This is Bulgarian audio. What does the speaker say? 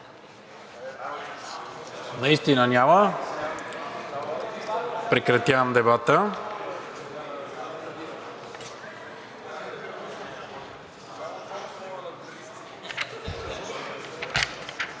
Наистина няма. Прекратявам дебата.